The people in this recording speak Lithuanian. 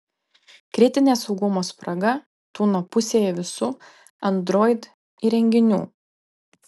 kritinė saugumo spraga tūno pusėje visų android įrenginių